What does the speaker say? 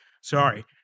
sorry